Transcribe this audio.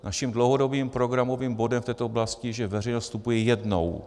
Naším dlouhodobým programovým bodem v této oblasti je, že veřejnost vstupuje jednou.